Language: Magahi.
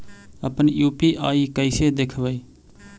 अपन यु.पी.आई कैसे देखबै?